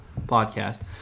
podcast